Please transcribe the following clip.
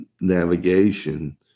navigation